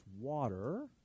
water